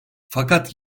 fakat